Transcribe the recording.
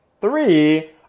three